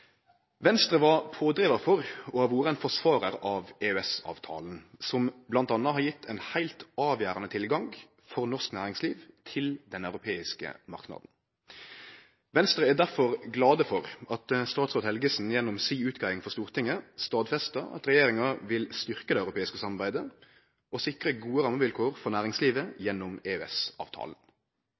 Venstre var pådrivar for og har vore ein forsvarar av EØS-avtalen, som bl.a. har gjeve ein heilt avgjerande tilgang for norsk næringsliv til den europeiske marknaden. I Venstre er vi derfor glade for at statsråd Helgesen gjennom si utgreiing for Stortinget stadfestar at regjeringa vil styrkje det europeiske samarbeidet og sikre gode rammevilkår for næringslivet gjennom